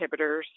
inhibitors